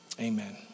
Amen